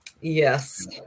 yes